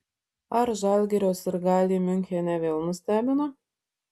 ar žalgirio sirgaliai miunchene vėl nustebino